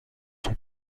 son